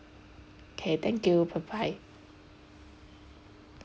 K thank you bye bye